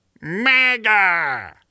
mega